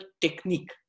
technique